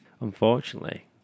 unfortunately